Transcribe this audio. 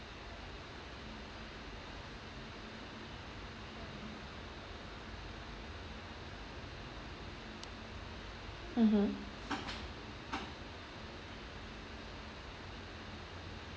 mmhmm